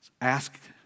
ask